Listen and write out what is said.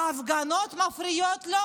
ההפגנות מפריעות לו.